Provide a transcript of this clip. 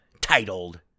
titled